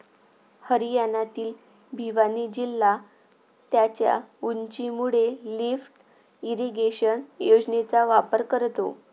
हरियाणातील भिवानी जिल्हा त्याच्या उंचीमुळे लिफ्ट इरिगेशन योजनेचा वापर करतो